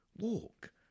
Walk